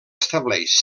estableix